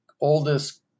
oldest